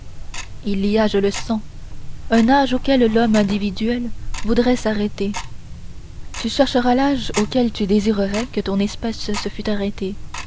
il y a je le sens un âge auquel l'homme individuel voudrait s'arrêter tu chercheras l'âge auquel tu désirerais que ton espèce se fût arrêtée